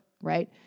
right